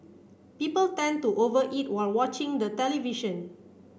people tend to over eat while watching the television